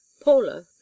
Paula